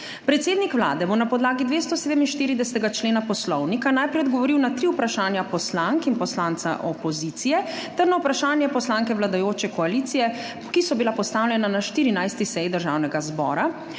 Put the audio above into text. Predsednik Vlade bo na podlagi 247. člena poslovnika najprej odgovoril na tri vprašanja poslank in poslanca opozicije ter na vprašanja poslanke vladajoče koalicije, ki so bila postavljena na 14. seji Državnega zbora,